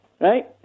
Right